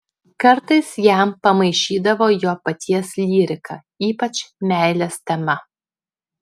kartais jam pamaišydavo jo paties lyrika ypač meilės tema